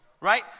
Right